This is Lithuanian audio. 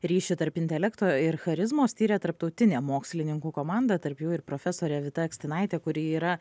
ryšį tarp intelekto ir charizmos tyrė tarptautinė mokslininkų komanda tarp jų ir profesorė vita akstinaitė kuri yra